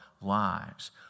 lives